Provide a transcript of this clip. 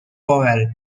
powell